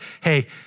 Hey